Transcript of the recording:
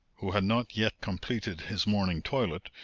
who had not yet completed his morning toilet,